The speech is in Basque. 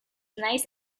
naiz